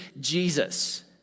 Jesus